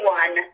one